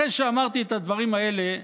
אחרי שאמרתי את הדברים האלה,